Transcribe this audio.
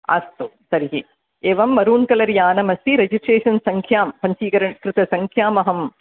अस्तु तर्हि एवं मरून् कलर् यानमस्ति रिजिस्ट्रेशन् सङ्ख्यां पञ्चीकरण कृत सङ्ख्यामहं